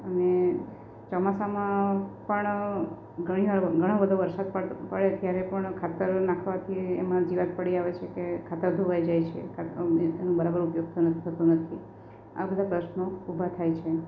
અને ચોમાસામાં પણ ઘણો બધો વરસાદ પડે પડે ત્યારે પણ ખાતર નાંખવાથી એમાં જીવાત પડી આવે છે કે ખાતર ધોવાઈ જાય છે ખા એનો બરોબર ઉપયોગ તેનો થતો નથી આ બધા પ્રશ્નો ઊભા થાય છે